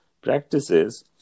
practices